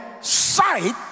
sight